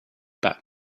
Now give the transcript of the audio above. back